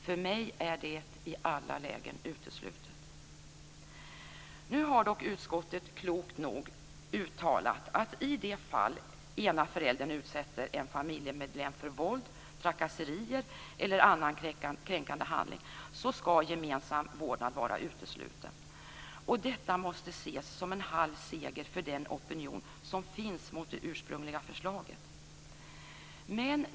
För mig är detta i alla lägen uteslutet. Nu har dock utskottet klokt nog uttalat att i de fall där den ena föräldern utsätter en familjemedlem för våld, trakasserier eller annan kränkande handling skall gemensam vårdnad vara utesluten. Detta måste ses som en halv seger för den opinion som finns mot det ursprungliga förslaget.